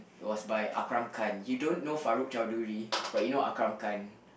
it was by Akram-Khan you don't know Farooq-Chaudhry but you know Akram-Khan